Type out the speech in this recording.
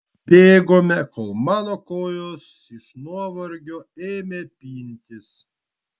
bėgome kol mano kojos iš nuovargio ėmė pintis